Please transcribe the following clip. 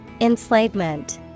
Enslavement